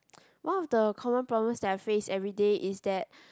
one of the common problems that I face everyday is that